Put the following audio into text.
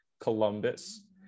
Columbus